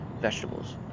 vegetables